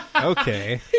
Okay